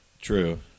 True